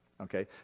Okay